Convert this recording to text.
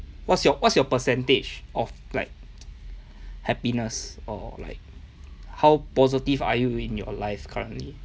what's your what's your percentage of like happiness or like how positive are you in your life currently